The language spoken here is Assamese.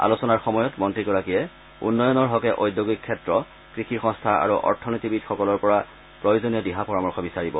আলোচনাৰ সময়ত মন্ত্ৰীগৰাকীয়ে উন্নয়নৰ হকে ঔদ্যোগিক ক্ষেত্ৰ কৃষি সংস্থা আৰু অথনীতিবিদসকলৰ পৰা প্ৰয়োজনীয় দিহা পৰামৰ্শ বিচাৰিব